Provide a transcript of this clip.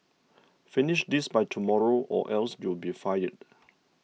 finish this by tomorrow or else you'll be fired